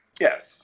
Yes